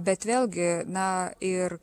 bet vėlgi na ir